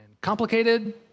complicated